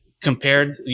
compared